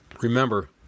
Remember